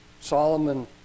Solomon